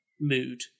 mood